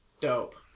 Dope